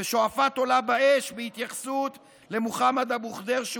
"שועפאט עולה באש" בהתייחסות למוחמד אבו ח'דיר,